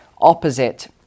opposite